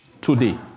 today